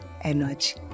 energy